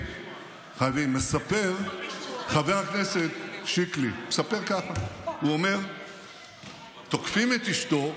חבר הכנסת שקלי מספר ככה: תוקפים את אשתו,